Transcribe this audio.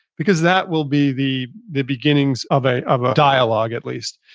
because that will be the the beginnings of a of a dialogue at least.